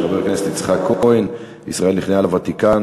של חבר הכנסת יצחק כהן: ישראל נכנעה לוותיקן,